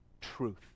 truth